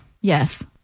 Yes